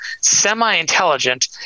semi-intelligent